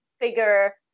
figure